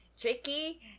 tricky